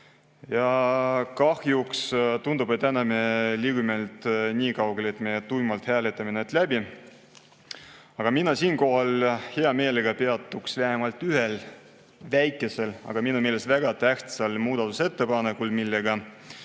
Ent kahjuks tundub, et täna me liigume sinnapoole, et me tuimalt hääletame need läbi. Aga mina siinkohal hea meelega peatuks vähemalt ühel väikesel, aga minu meelest väga tähtsal muudatusettepanekul. Eesti